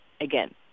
Again